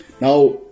Now